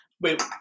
Wait